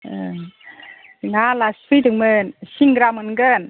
जोंना आलासि फैदोंमोन सिंग्रा मोनगोन